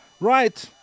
Right